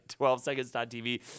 12seconds.tv